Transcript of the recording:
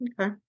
Okay